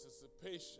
participation